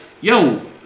yo